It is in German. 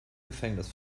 gefängnis